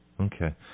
Okay